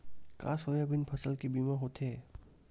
का सोयाबीन फसल के बीमा होथे?